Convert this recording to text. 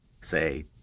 say